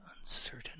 uncertain